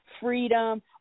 freedom